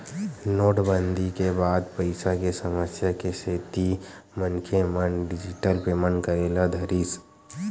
नोटबंदी के बाद पइसा के समस्या के सेती मनखे मन डिजिटल पेमेंट करे ल धरिस